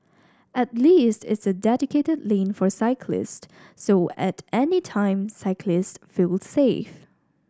at least it's a dedicated lane for cyclists so at any time cyclists feel safe